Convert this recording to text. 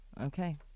Okay